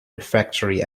refectory